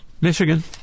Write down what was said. Michigan